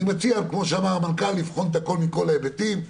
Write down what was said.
אני מציע כמו שאמר המנכ"ל לבחון את הכול מכל ההיבטים.